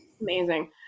Amazing